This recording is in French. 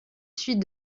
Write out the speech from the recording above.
suite